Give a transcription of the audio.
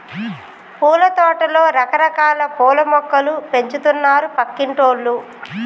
పూలతోటలో రకరకాల పూల మొక్కలు పెంచుతున్నారు పక్కింటోల్లు